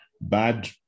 Bad